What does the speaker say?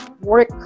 work